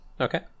Okay